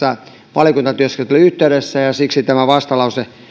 valiokuntatyöskentelyn yhteydessä ja siksi tämä vastalause